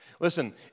Listen